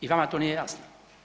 I vama to nije jasno.